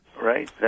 Right